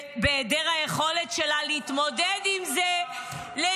והיעדר היכולת שלה להתמודד עם זה -- הסתה,